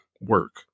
work